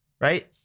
right